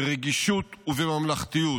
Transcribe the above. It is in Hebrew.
ברגישות ובממלכתיות.